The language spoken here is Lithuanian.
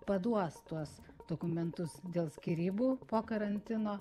paduos tuos dokumentus dėl skyrybų po karantino